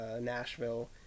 *Nashville*